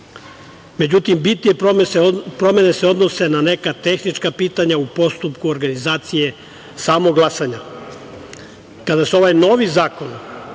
birača.Međutim, bitnije promene se odnose na neka tehnička pitanja u postupku organizacije samog glasanja. Kada